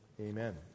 amen